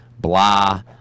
Blah